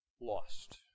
lost